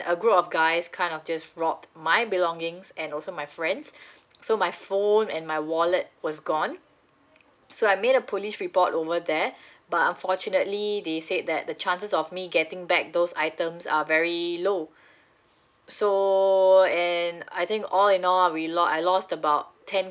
a group of guys kind of just robbed my belongings and also my friends' so my phone and my wallet was gone so I made a police report over there but unfortunately they said that the chances of me getting back those items are very low so and I think all in all we lo~ I lost about ten